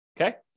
Okay